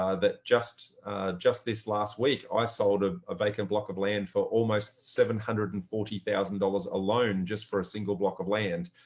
um that just just this last week, i sold ah a vacant block of land for almost seven hundred and forty thousand dollars alone just for a single block of land.